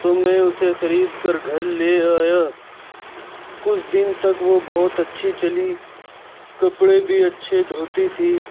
تو میں اسے خرید کر گھر لے آیا کچھ دن تک وہ بہت اچّھی چلی کپڑے بھی اچّھے دھوتی تھی